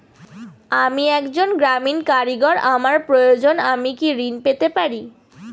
আমি একজন গ্রামীণ কারিগর আমার প্রয়োজনৃ আমি কি ঋণ পেতে পারি?